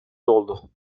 doldu